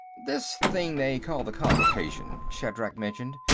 this thing they call the convocation, shatrak mentioned.